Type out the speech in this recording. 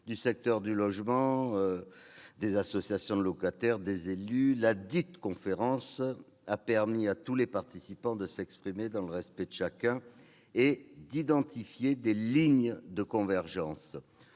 du secteur du logement, des associations de locataires et des élus. Ladite conférence a permis à tous les participants de s'exprimer, dans le respect de chacun, et d'identifier des lignes de convergence.